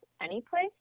Anyplace